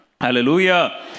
Hallelujah